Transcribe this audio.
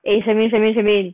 eh shermaine shermaine shermaine